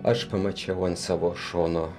aš pamačiau ant savo šono